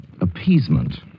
appeasement